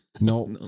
No